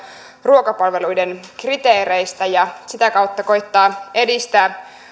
ruokapalveluiden kriteereistä ja sitä kautta koettaa edistää